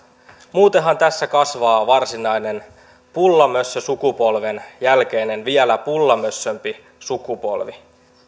muutenhan tässä kasvaa varsinainen pullamössösukupolven jälkeinen vielä pullamössömpi sukupolvi